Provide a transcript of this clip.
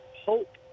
Hope